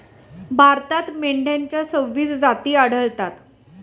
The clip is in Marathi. भारतात मेंढ्यांच्या सव्वीस जाती आढळतात